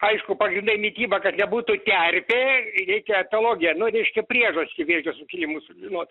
aišku pagrindai mityba kad nebūtų terpė reikia tologija nu reiškia priežastį vėžio sukilimu sužinot